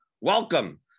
Welcome